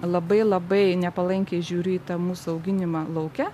labai labai nepalankiai žiūriu į tą mūsų auginimą lauke